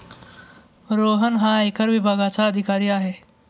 रोहन हा आयकर विभागाचा अधिकारी आहे